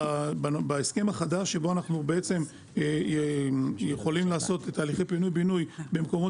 בהסכם החדש שבו אנחנו יכולים לעשות תהליכי פינוי-בינוי במקומות